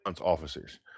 officers